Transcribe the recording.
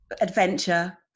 Adventure